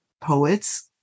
poets